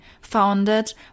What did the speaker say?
founded